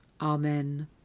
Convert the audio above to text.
Amen